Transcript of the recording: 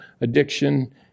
addiction